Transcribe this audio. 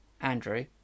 Andrew